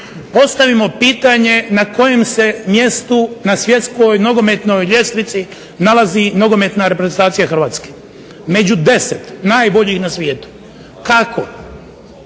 postavimo pitanje na kojem se mjestu na svjetskoj nogometnoj ljestvici nalazi nogometna reprezentacija Hrvatske. Među 10 najboljih na svijetu. Kako?